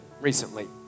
recently